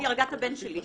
היא הרגה את הבן שלי.